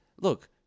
look